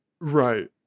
right